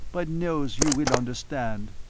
but knows you will understand.